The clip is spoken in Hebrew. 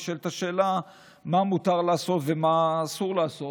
נשאלת השאלה מה מותר לעשות ומה אסור לעשות